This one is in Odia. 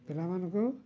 ପିଲାମାନଙ୍କୁ